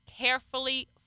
carefully